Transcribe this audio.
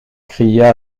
cria